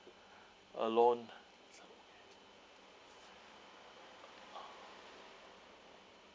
alone